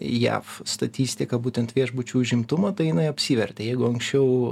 jav statistiką būtent viešbučių užimtumą tai jinai apsivertė jeigu anksčiau